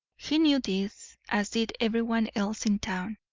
he knew this, as did everyone else in town,